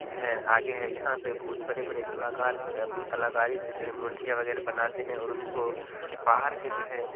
جو ہے آگے ہے یہاں پہ بہت بڑے بڑے کلاکار جو ہے اپنی کلاکاری سے جو ہے مورتیاں وغیرہ بناتے ہیں اور اس کو باہر کے جو ہے